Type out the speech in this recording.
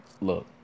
Look